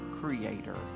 Creator